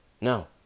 No